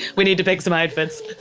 we need to pick some outfits